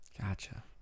gotcha